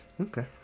Okay